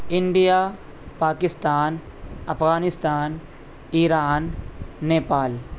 India Pakistan Afghanistan Iran Nepal